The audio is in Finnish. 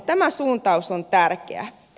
tämä suuntaus on tärkeä